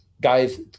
guys